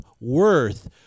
worth